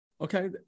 Okay